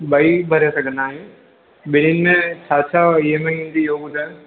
ॿई भरे सघंदा आहियूं ॿिन्हिनि में छा छा ई एम आई ईंदी इहो ॿुधायो